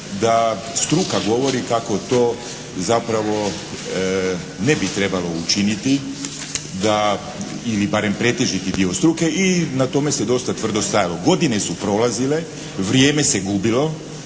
da struka govori kako to zapravo ne bi trebalo učiniti da, ili barem pretežiti dio struke i na tome se dosta tvrdo stajalo. Godine su prolazile, vrijeme se gubilo